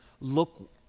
look